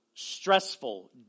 Stressful